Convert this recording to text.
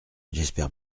j’espère